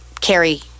carry